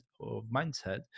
mindset